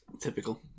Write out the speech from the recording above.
Typical